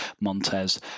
Montez